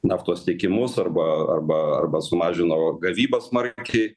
naftos tiekimus arba arba arba sumažino gavybą smarkiai